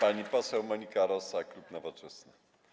Pani poseł Monika Rosa, klub Nowoczesna.